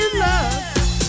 love